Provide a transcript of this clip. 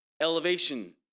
Elevation